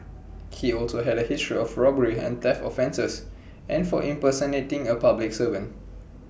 he also had A history of robbery and theft offences and for impersonating A public servant